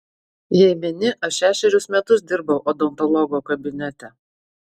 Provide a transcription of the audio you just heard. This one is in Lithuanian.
jei meni aš šešerius metus dirbau odontologo kabinete